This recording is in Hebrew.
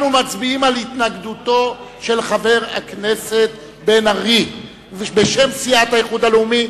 אנחנו מצביעים על התנגדותו של חבר הכנסת בן-ארי בשם סיעת האיחוד הלאומי,